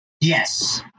Yes